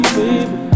baby